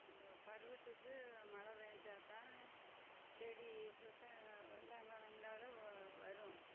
இந்த பருவத்துக்கு மழை பேஞ்சாத்தான் செடி சொத்தை வெள்ளாமை வளர்ந்தாலும் வ வரும்